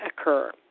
occur